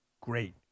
Great